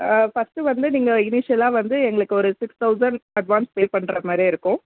first வந்து நீங்கள் இனிஷியலாக வந்து எங்களுக்கு ஒரு சிக்ஸ் தௌசண்ட் அட்வான்ஸ் பே பண்ணுற மாதிரி இருக்கும்